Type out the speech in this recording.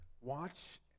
watch